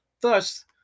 Thus